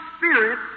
Spirit